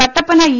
Kattappana E